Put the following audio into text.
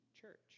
church